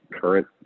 current